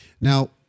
Now